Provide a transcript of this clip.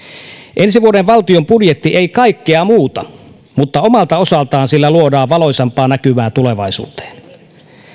ensi vuoden valtion budjetti ei kaikkea muuta mutta omalta osaltaan sillä luodaan valoisampaa näkymää tulevaisuuteen